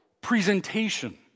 presentation